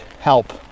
help